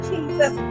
Jesus